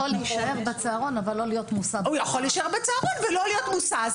הוא יכול להישאר בצהרון ולא להיות מוסע.